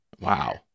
Wow